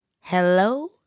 Hello